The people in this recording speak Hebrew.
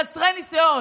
חסרי ניסיון.